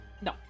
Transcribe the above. No